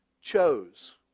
chose